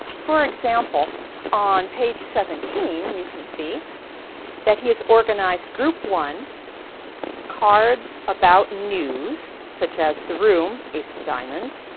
for example on page seventeen you can see that he has organized group one cards about news. such as the room ace of diamonds,